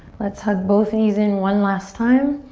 let's hug both knees in one last time.